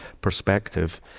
perspective